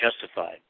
justified